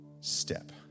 step